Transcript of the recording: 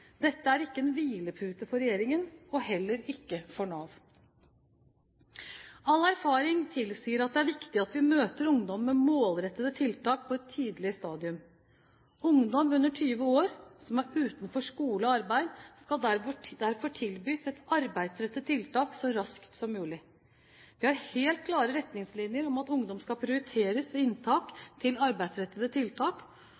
dette er ikke en hvilepute for regjeringen og heller ikke for Nav. All erfaring tilsier at det er viktig at vi møter ungdom med målrettede tiltak på et tidlig stadium. Ungdom under 20 år som er utenfor skole og arbeid, skal derfor tilbys et arbeidsrettet tiltak så raskt som mulig. Vi har helt klare retningslinjer om at ungdom skal prioriteres ved